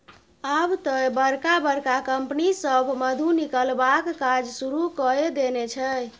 आब तए बड़का बड़का कंपनी सभ मधु निकलबाक काज शुरू कए देने छै